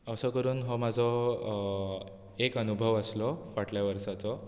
असो करून हो म्हजो एक अनुभव आसलो फाटल्या वर्साचो